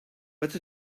but